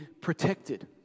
protected